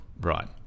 Right